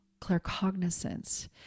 claircognizance